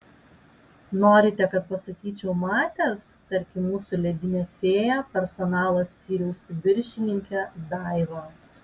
norite kad pasakyčiau matęs tarkim mūsų ledinę fėją personalo skyriaus viršininkę daivą